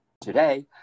today